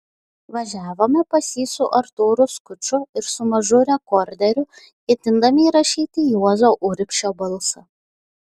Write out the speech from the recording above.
važiavome pas jį su artūru skuču ir su mažu rekorderiu ketindami įrašyti juozo urbšio balsą